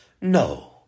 No